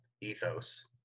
ethos